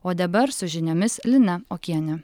o dabar su žiniomis lina okienė